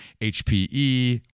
HPE